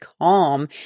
calm